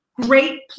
great